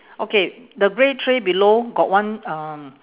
okay the grey tray below got one um